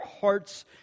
hearts